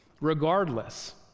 regardless